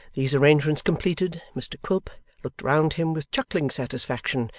these arrangements completed, mr quilp looked round him with chuckling satisfaction,